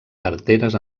tarteres